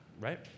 right